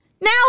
now